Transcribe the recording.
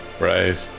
Right